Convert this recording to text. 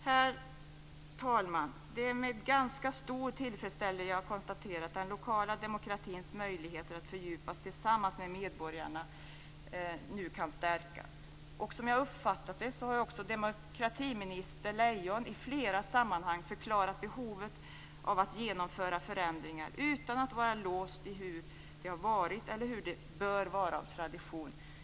Herr talman! Det är med ganska stor tillfredsställelse som jag konstaterar att den lokala demokratins möjligheter att fördjupas tillsammans med medborgarna nu kan stärkas. Som jag uppfattat det har också demokratiminister Lejon i flera sammanhang förklarat behovet av att genomföra förändringar utan att vara låst i hur det varit eller hur det av tradition bör vara.